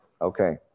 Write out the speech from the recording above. Okay